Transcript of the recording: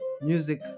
music